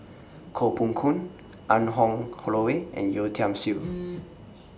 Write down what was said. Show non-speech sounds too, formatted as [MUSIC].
Koh Poh Koon Anne Hong Holloway and Yeo Tiam Siew [NOISE]